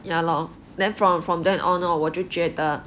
ya lor then from from then on 我就觉得